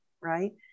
right